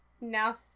Now